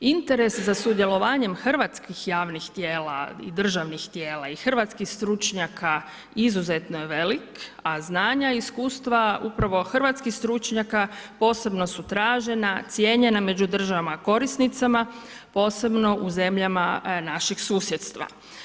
Interes za sudjelovanjem hrvatskih javnih tijela i državnih tijela i hrvatskih stručnjaka izuzetno je velik, a znanja i iskustva upravo hrvatskih stručnjaka posebno su tražena, cijenjena među državama korisnicima, posebno u zemljama naših susjedstva.